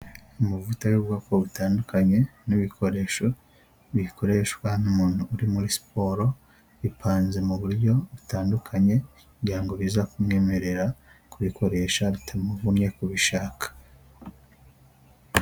Amavuta y'ubwoko butandukanye n'ibikoresho bikoreshwa n'umuntu uri muri siporo bipanze mu buryo butandukanye kugira ngo biza kumwemwemerera kubikoresha bitamuvumye kubishaka.